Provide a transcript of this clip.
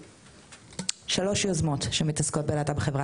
הוקמו שלוש יוזמות שמתעסקות בלהט״ב בחברה